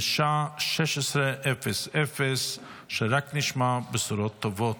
בשעה 16:00. שרק נשמע בשורות טובות.